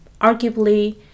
arguably